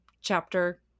chapter